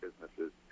businesses